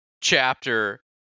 chapter